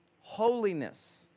holiness